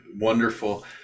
wonderful